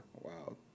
Wow